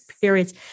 periods